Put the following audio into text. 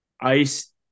ice